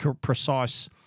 precise